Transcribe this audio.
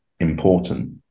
important